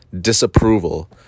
disapproval